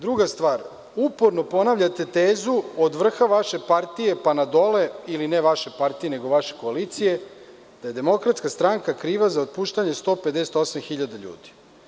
Druga stvar, uporno ponavljate tezu, od vrha vaše partije pa na dole ili ne vaše partije nego vaše koalicije, da je DS kriva za otpuštanje 158.000 ljudi.